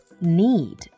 need